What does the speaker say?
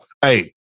hey